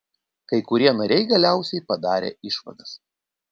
kai kurie nariai galiausiai padarė išvadas